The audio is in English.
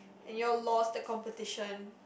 and you all lost the competition